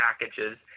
packages